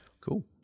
Cool